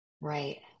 Right